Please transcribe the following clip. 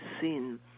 seen